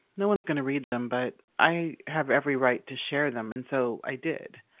no one's going to read them, but i have every right to share them. and so i did.